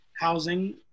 housing